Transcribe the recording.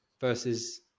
versus